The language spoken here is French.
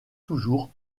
toujours